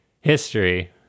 history